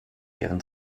ihren